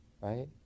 right